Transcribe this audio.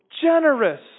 generous